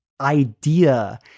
idea